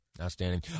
Outstanding